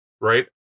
right